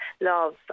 love